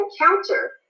encounter